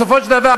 בסופו של דבר,